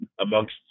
amongst